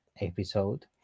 episode